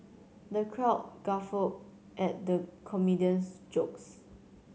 the crowd guffawed at the comedian's jokes